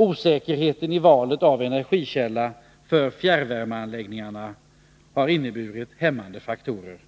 Osäkerheten i valet av energikällor för fjärrvärmeanläggningarna har inneburit för investeringsviljan hämmande faktorer.